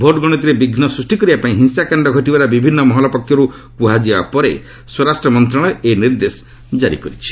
vote ଗଣତିରେ ବିଘୁ ସୃଷ୍ଟି କରିବା ପାଇଁ ହିଂସାକାଣ୍ଡ ଘଟିବାର ବିଭିନ୍ନ ମହଲ ପକ୍ଷର୍ତ କୁହାଯିବା ପରେ ସ୍ୱରାଷ୍ଟ୍ର ମନ୍ତ୍ରଣାଳୟ ଏହି ନିର୍ଦ୍ଦେଶ ଜାରି କରିଛି